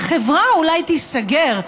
החברה אולי תיסגר,